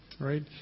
right